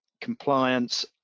compliance